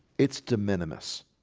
its de minimis.